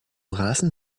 rasen